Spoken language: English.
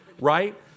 right